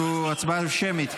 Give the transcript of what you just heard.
אנחנו בהצבעה שמית,